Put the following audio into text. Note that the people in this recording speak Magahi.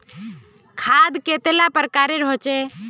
खाद कतेला प्रकारेर होचे?